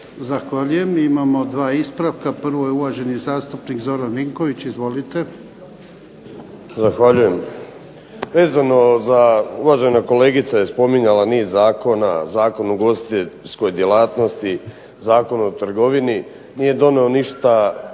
Zahvaljujem. Imamo dva ispravka, prvo je uvaženi zastupnik Zoran Vinković. Izvolite. **Vinković, Zoran (SDP)** Zahvaljujem. Vezano za uvažena kolegica je spomenula niz zakona, Zakon o ugostiteljskoj djelatnosti, Zakon o trgovini nije donio ništa pozitivno